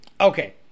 okay